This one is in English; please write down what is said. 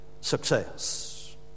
success